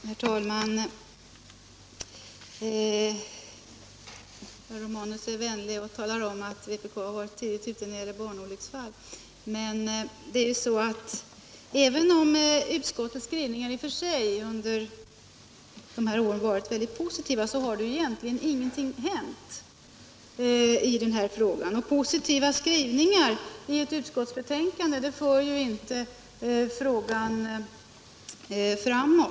Herr talman! Herr Romanus är vänlig och säger att vpk har varit tidigt ute när det gäller barnolycksfall. Men även om utskottets skrivningar i och för sig under de här åren har varit väldigt positiva så har egentligen ingenting hänt. Positiva skrivningar i ett utskottsbetänkande för inte frågan framåt.